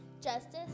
justice